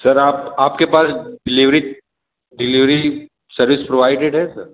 sir आप आप के पास डिलीवरी डिलीवरी सर्विस प्रोवाइडेड है सर